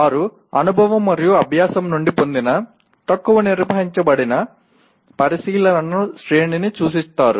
వారు అనుభవం మరియు అభ్యాసం నుండి పొందిన తక్కువ నిర్వచించబడిన పరిశీలనల శ్రేణిని సూచిస్తారు